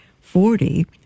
Forty